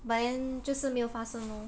but then 就是没有发生 lor